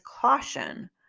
caution